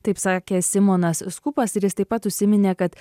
taip sakė simonas skupas ir jis taip pat užsiminė kad